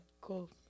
cool